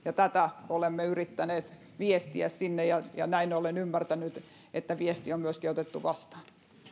tätä olemme yrittäneet viestiä sinne ja ja olen ymmärtänyt että viesti on myöskin otettu vastaan